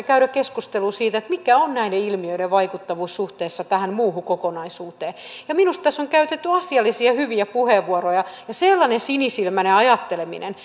käydä keskustelu siitä mikä on näiden ilmiöiden vaikuttavuus suhteessa tähän muuhun kokonaisuuteen minusta tässä on käytetty asiallisia ja hyviä puheenvuoroja sellainen sinisilmäinen ajatteleminen